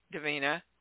Davina